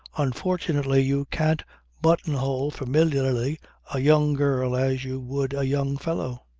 unfortunately you can't buttonhole familiarly a young girl as you would a young fellow.